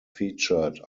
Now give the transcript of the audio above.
featured